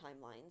timelines